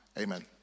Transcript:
Amen